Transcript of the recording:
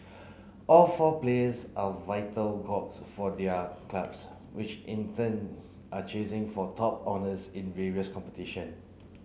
all four players are vital cogs for their clubs which in turn are chasing for top honours in various competition